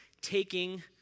taking